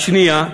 השנייה,